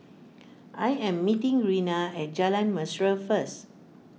I am meeting Rena at Jalan Mesra first